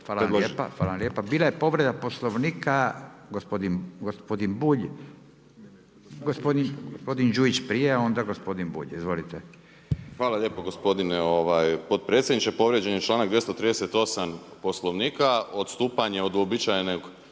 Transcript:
vam lijepa. Bila je povreda Poslovnika gospodin Bulj. Gospodin Đujić prije, onda gospodin Bulj. Izvolite. **Đujić, Saša (SDP)** Hvala lijepo gospodine potpredsjedniče. Povrijeđen je članak 238. Poslovnika, odstupanje od uobičajenog